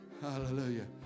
Hallelujah